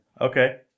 Okay